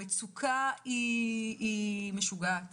כי המצוקה היא משוגעת.